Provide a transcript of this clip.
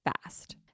fast